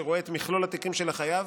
שרואה את מכלול התיקים של החייב,